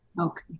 Okay